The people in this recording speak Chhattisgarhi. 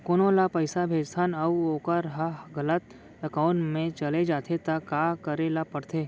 कोनो ला पइसा भेजथन अऊ वोकर ह गलत एकाउंट में चले जथे त का करे ला पड़थे?